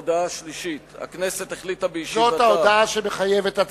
עכשיו, ההודעה שמחייבת הצבעה.